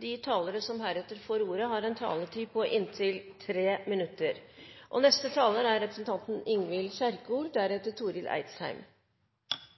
De talere som heretter får ordet, har en taletid på inntil 3 minutter. Som det er sagt av saksordførerne for begge innstillingene, er dette gode, lokale prosjekt som er jobbet fram som lokale initiativ, og